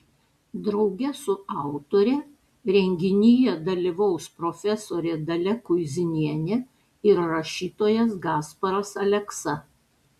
drauge su autore renginyje dalyvaus profesorė dalia kuizinienė ir rašytojas gasparas aleksa